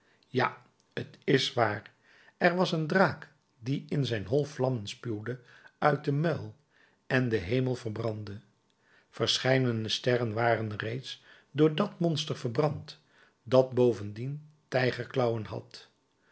ja t is waar er was een draak die in zijn hol vlammen spuwde uit den muil en den hemel verbrandde verscheidene sterren waren reeds door dat monster verbrand dat bovendien tijger klauwen had